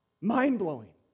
Mind-blowing